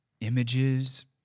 images